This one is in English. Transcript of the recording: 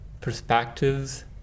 perspectives